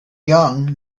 young